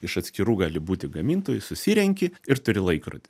iš atskirų gali būti gamintojų susirenki ir turi laikrodį